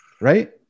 right